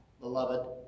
beloved